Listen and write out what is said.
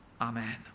amen